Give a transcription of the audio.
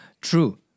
true